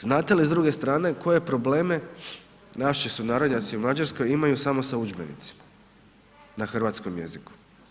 Znate li s druge strane koje probleme naši sunarodnjaci u Mađarskoj imaju samo sa udžbenicima na hrvatskom jeziku?